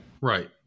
Right